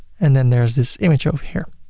and then there's this image over here.